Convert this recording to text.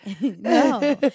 No